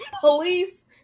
Police